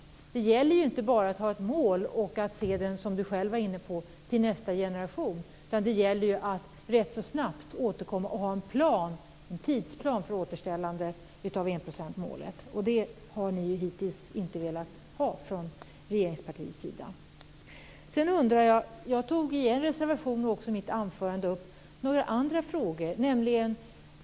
Det gäller att inte bara ha ett mål fram till nästa generation, som Berndt Ekholm själv var inne på, utan att också rätt så snabbt återkomma med en tidsplan för återställandet av enprocentsmålet. Det har man hittills inte velat från regeringspartiets sida. I mitt anförande tog jag beträffande en reservation också upp några andra frågor.